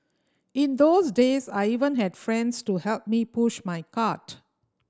in those days I even had friends to help me push my cart